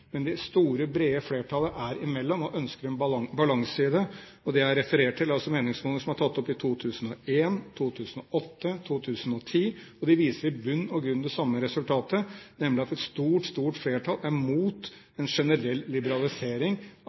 men det store, brede flertallet er imellom og ønsker en balanse i det. Jeg refererer til meningsmålinger som er foretatt i 2001, 2008 og 2010, og de viser i bunn og grunn det samme resultatet, nemlig at et stort flertall er imot en generell liberalisering